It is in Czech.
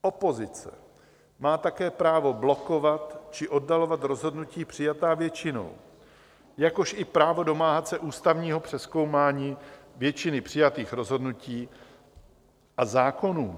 Opozice má také právo blokovat či oddalovat rozhodnutí přijatá většinou, jakož i právo domáhat se ústavního přezkoumání většiny přijatých rozhodnutí a zákonů.